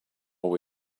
more